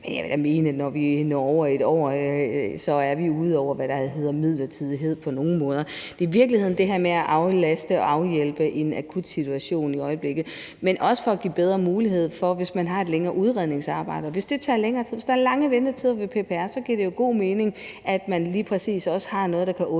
jeg vil da mene, at når vi når over et år, er vi ude over, hvad der på nogen måde hedder midlertidighed. Det er i virkeligheden det her med at aflaste og afhjælpe i øjeblikket i forhold til en akut situation, men det er også for at give bedre muligheder, hvis man har et længere udredningsarbejde. Hvis det tager længere tid, og hvis der er lange ventetider ved PPR, giver det jo god mening, at man lige præcis også har noget, der kan